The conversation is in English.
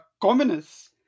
communists